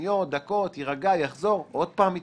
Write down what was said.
שניות, דקות, יירגע, יחזור, עוד פעם יצא.